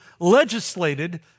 legislated